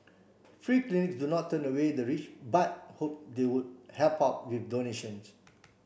free clinics do not turn away the rich but hope they would help out with donations